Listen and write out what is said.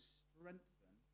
strengthen